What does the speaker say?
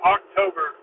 October